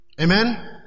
Amen